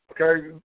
okay